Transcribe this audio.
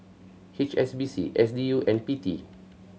H S B C S D U and P T